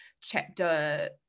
chapter